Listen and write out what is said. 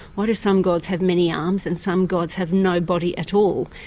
why do some gods have many arms and some gods have no body at all,